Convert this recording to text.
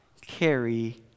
carry